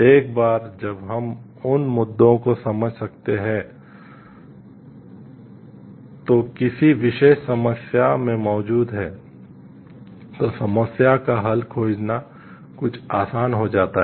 एक बार जब हम उन मुद्दों को समझ सकते हैं जो किसी विशेष समस्या में मौजूद हैं तो समस्या का हल खोजना कुछ आसान हो जाता है